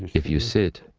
if you sit,